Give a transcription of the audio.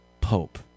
Pope